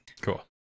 Cool